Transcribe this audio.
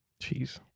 Jeez